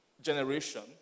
generation